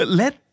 let